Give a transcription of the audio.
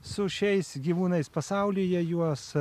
su šiais gyvūnais pasaulyje juos